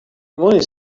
only